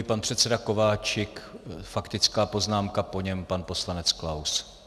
Pan předseda Kováčik faktická poznámka, po něm pan poslanec Klaus.